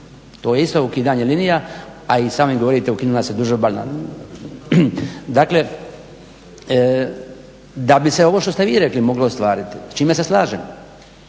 To je isto ukidanje linija, a i sami govorite ukinula se duž obale. Dakle, da bi se ovo što ste vi rekli moglo ostvariti, s čime se slažem,